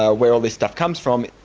ah where all this stuff comes from,